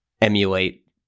emulate